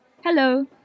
Hello